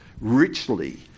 richly